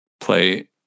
play